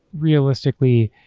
realistically,